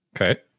Okay